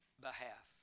behalf